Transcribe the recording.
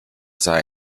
sei